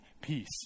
peace